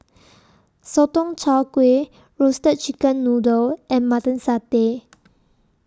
Sotong Char Kway Roasted Chicken Noodle and Mutton Satay